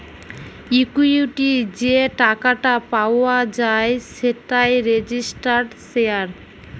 equity যে টাকাটা পাওয়া যায় সেটাই রেজিস্টার্ড শেয়ার